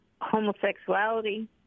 homosexuality